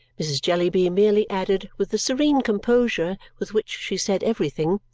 mrs. jellyby merely added, with the serene composure with which she said everything,